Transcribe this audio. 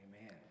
Amen